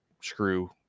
screw